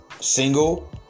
Single